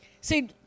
See